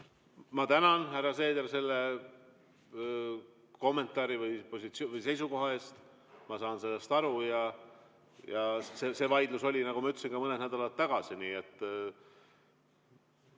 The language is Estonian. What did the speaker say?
Ma tänan, härra Seeder, selle kommentaari või seisukoha eest! Ma saan sellest aru ja see vaidlus oli, nagu ma ütlesin, ka mõned nädalad tagasi.